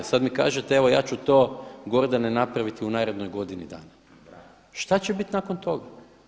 Sada mi kažete evo ja ću to Gordane napraviti u narednoj godini dana, što će biti nakon toga?